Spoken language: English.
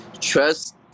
trust